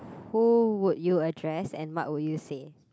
who would you address and what would you say